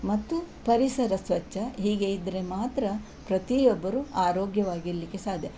ಮತ್ತು ಪರಿಸರ ಸ್ವಚ್ಛ ಹೀಗೆ ಇದ್ದರೆ ಮಾತ್ರ ಪ್ರತಿಯೊಬ್ಬರು ಆರೋಗ್ಯವಾಗಿರಲಿಕ್ಕೆ ಸಾಧ್ಯ